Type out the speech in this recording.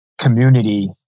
community